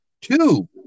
Two